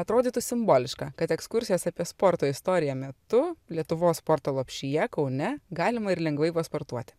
atrodytų simboliška kad ekskursijos apie sporto istoriją metu lietuvos sporto lopšyje kaune galima ir lengvai pasportuoti